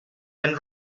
when